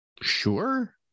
Sure